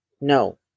no